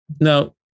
now